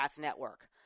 network